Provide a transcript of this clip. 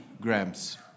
grams